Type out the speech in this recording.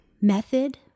method